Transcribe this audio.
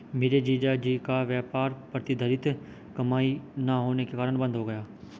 मेरे जीजा जी का व्यापार प्रतिधरित कमाई ना होने के कारण बंद हो गया